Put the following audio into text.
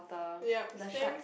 yup same